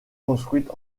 construite